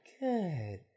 good